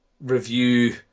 review